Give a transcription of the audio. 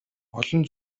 олон